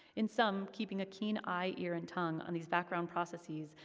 in sum, keeping a keen eye, ear, and tongue, on these background processes,